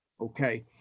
Okay